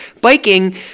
biking